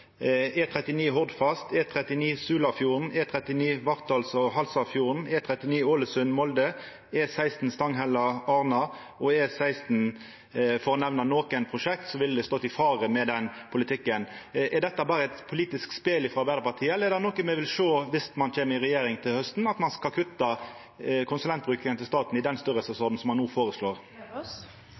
Halsafjorden, E39 Ålesund–Molde, E16 Stanghelle–Arna, for å nemna nokre prosjekt som ville stått i fare med den politikken. Er dette berre eit politisk spel frå Arbeidarpartiet, eller er det noko me vil sjå viss dei kjem i regjering til hausten, at ein skal kutta konsulentbruken i staten i den storleiken som ein no føreslår?